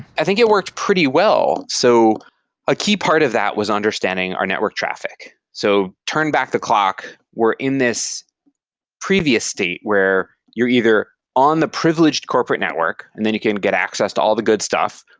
i think it worked pretty well. so a key part of that was understanding our network traffic. so turn back the clock, we're in this previous state where you're either on the privileged corporate network, and then you can't get access to all the good stuff,